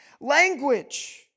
Language